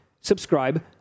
subscribe